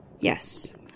Yes